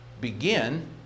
begin